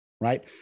Right